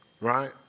Right